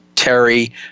Terry